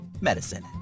medicine